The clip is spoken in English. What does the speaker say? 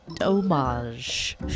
homage